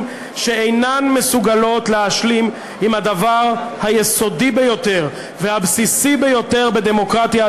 אינן מסוגלות להשלים עם הדבר היסודי ביותר והבסיסי ביותר בדמוקרטיה,